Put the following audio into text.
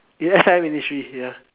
eh S_I_M here